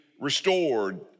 restored